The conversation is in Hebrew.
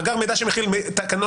מאגר מידע רק בישראל,